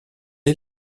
est